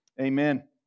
Amen